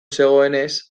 zegoenez